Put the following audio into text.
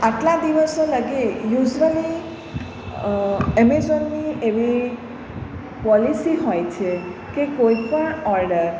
આટલા દિવસો લગી યુઝવલી એમેઝૉનની એવી પોલિસી હોય છે કે કોઈ પણ ઓર્ડર